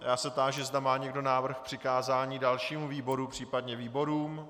Táži se, zda má někdo návrh na přikázání dalšímu výboru případně výborům.